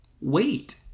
wait